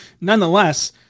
nonetheless